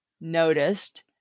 noticed